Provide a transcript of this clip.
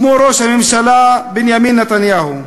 כמו ראש הממשלה בנימין נתניהו.